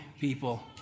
people